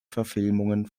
verfilmungen